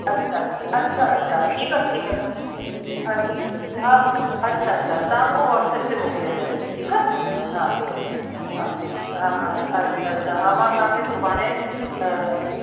अछा अछा अछा ठीकु आहे ठीकु आहे अछा हा अछा अछा तां पो वॉट्सप ते मोकिले छॾिजो ठीक आहे हा हा ठीकु आहे हा अच्छा अछा हा मां तव्हांखे सुभाणे